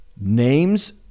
names